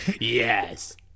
Yes